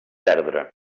perdre